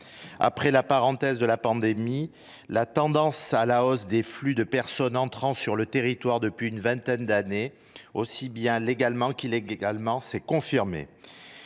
Après la parenthèse de la pandémie, la tendance à la hausse des flux de personnes entrant sur le territoire depuis une vingtaine d’années, aussi bien légalement qu’illégalement, s’est confirmée.